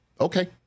okay